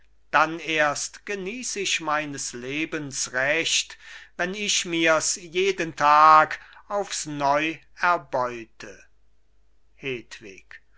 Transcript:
dann erst geniess ich meines lebens recht wenn ich mir's jeden tag aufs neu erbeute